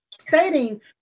stating